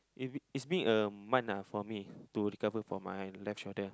if it it's being a month ah for me to recover for my left shoulder